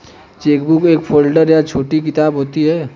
chequebook एक folder या छोटी किताब होती है